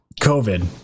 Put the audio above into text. COVID